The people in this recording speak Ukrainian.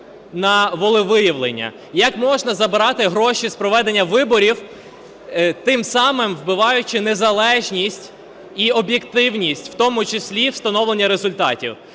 на волевиявлення? Як можна забирати гроші з проведення виборів тим самим вбиваючі незалежність і об'єктивність, в тому числі встановлення результатів?